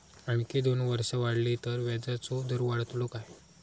आणखी दोन वर्षा वाढली तर व्याजाचो दर वाढतलो काय?